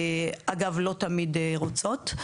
אגב, לא תמיד רוצות.